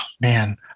Man